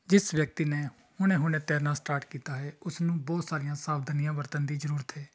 ਜਿਸ ਵਿਅਕਤੀ ਨੇ ਹੁਣੇ ਹੁਣੇ ਤੈਰਨਾਂ ਸਟਾਰਟ ਕੀਤਾ ਹੈ ਉਸਨੂੰ ਬਹੁਤ ਸਾਰੀਆਂ ਸਾਵਧਾਨੀਆਂ ਵਰਤਣ ਦੀ ਜ਼ਰੂਰਤ ਹੈ